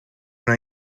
una